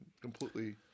completely